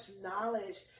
knowledge